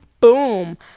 boom